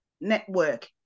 Network